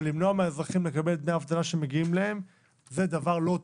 ולמנוע מהאזרחים לקבל את דמי האבטלה שמגיעים להם - זה דבר לא טוב.